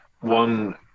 one